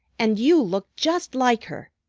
and you look just like her.